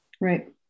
right